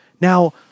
now